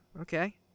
okay